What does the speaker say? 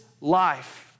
life